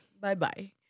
Bye-bye